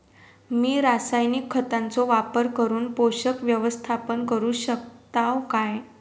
मी रासायनिक खतांचो वापर करून पोषक व्यवस्थापन करू शकताव काय?